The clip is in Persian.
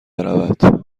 برود